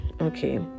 okay